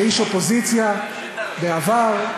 כאיש אופוזיציה בעבר,